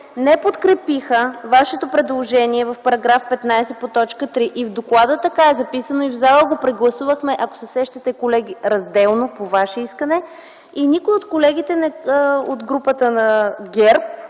не подкрепиха Вашето предложение в § 15 по т. 3. И в доклада, така е записано, и в зала го прегласувахме, ако се сещате, колеги, разделно, по ваше искане, и никой от колегите от групата на ГЕРБ